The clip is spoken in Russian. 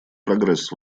прогресс